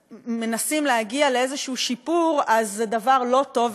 מנסים להגיע לאיזה שיפור אז זה דבר לא טוב,